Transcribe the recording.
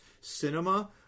cinema